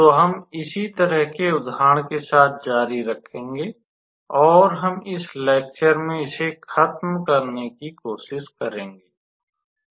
तो हम इसी तरह के उदाहरण के साथ जारी रखेंगे और हम इस लेक्चर में इसे खत्म करने की कोशिश करेंगे